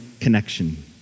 connection